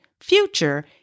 future